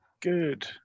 good